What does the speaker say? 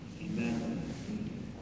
Amen